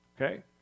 Okay